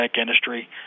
industry